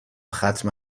ختم